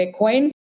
Bitcoin